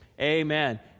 amen